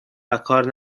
وکار